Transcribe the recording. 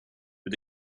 but